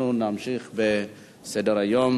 ואז אנחנו נמשיך בסדר-היום.